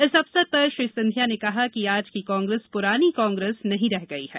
इस अवसर पर श्री सिंधिया ने कहा कि आज की कांग्रेस पुरानी कांग्रेस नहीं रह गई है